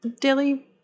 daily